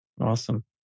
Awesome